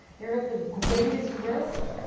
they are at the greatest risk.